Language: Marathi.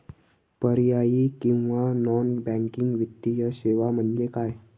पर्यायी किंवा नॉन बँकिंग वित्तीय सेवा म्हणजे काय?